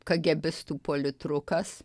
kagebistų politrukas